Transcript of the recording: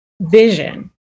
vision